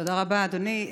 תודה רבה, אדוני.